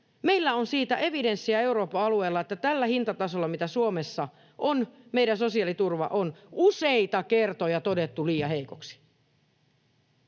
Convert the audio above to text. Meillä on siitä evidenssiä Euroopan alueella, että tällä hintatasolla, mikä Suomessa on, meidän sosiaaliturva on useita kertoja todettu liian heikoksi.